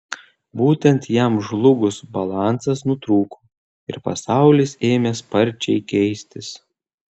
būtent jam žlugus balansas nutrūko ir pasaulis ėmė sparčiai keistis